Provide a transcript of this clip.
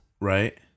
Right